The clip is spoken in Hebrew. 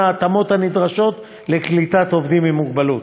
ההתאמות הנדרשות לקליטת עובדים עם מוגבלות.